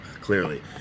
clearly